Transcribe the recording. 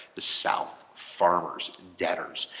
the south. farmers. debtors.